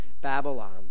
Babylon